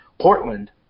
Portland